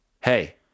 hey